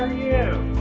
you?